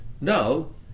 No